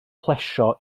plesio